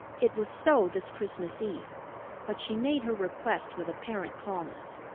it was so this christmas eve but she made her request with apparent calmness.